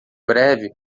breve